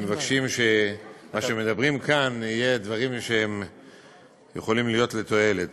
והם מבקשים שהדברים שהם מדברים כאן יהיו דברים שיכולים להיות לתועלת.